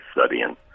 studying